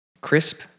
crisp